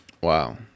Wow